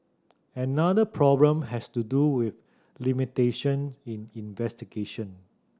another problem has to do with limitation in investigation